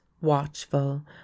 watchful